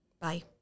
Bye